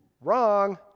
Wrong